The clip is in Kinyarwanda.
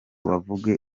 bavuge